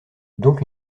donc